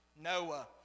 Noah